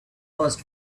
first